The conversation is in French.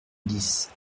dix